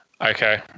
Okay